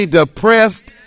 depressed